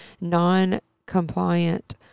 non-compliant